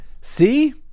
See